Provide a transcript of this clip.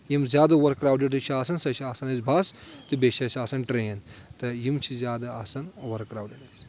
یِم زیادٕ over crowded چھِ آسان سۄ چھِ آسان اسہِ بَس تہٕ بیٚیہِ چھِ اَسہِ آسان ٹرین تہٕ یِم چھِ زیادٕ آسان اُور کراوڈٕڈ آسہِ